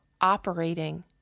operating